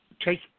Take